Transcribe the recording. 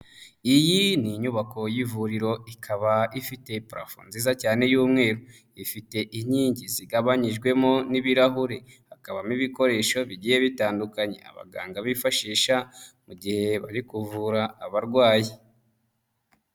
Iyi ni inyubako y'ivuriro ikaba ifite parafo nziza cyane y'umweru, ifite inkingi zigabanyijwemo n'ibirahure, hakabamo ibikoresho bigiye bitandukanye abaganga bifashisha mu gihe bari kuvura abarwayi.